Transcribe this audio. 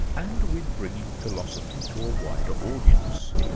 and with bringing philosophy to a wider audience.